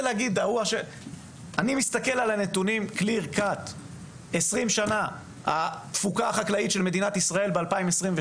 אני מסתכל על הנתונים ורואה שהתפוקה החקלאית של ישראל ב-2022